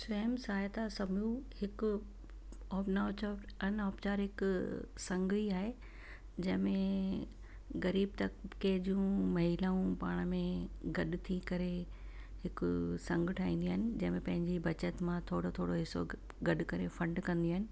स्वयं सहायता समूह हिकु ओबनोचो अनऔपचारिक संग ई आहे जंहिं में ग़रीब तबिके जूं महिलाऊं पाण में गॾु थी करे हिकु संगु ठाहीन्दियूं आहिनि जंहिं में पंहिंजी बचति मां थोरो थोरो हिसो गॾु कर फंड कंदियूं आहिनि